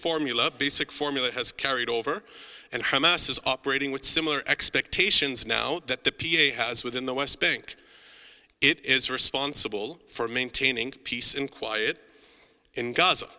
formula basic formula has carried over and hamas is operating with similar expectations now that the p a has within the west bank it is responsible for maintaining peace and quiet in g